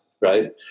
right